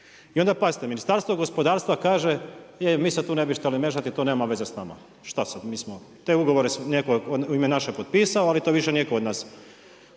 I onda pazite Ministarstvo gospodarstva kaže, e mi se tu ne bi šteli mešati to nema veze s nama. Šta sada, mi smo te ugovore neko je u naše ime potpisao ali to više nije kod nas.